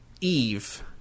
Eve